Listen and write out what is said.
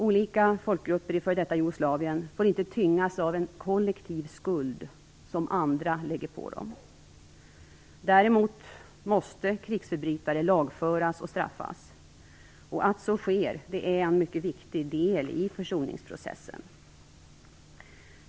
Olika folkgrupper i f.d. Jugoslavien får inte tyngas av en kollektiv skuld som andra lägger på dem. Däremot måste krigsförbrytare lagföras och straffas. Att så sker är en mycket viktig del av försoningsprocessen.